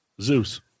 zeus